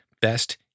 best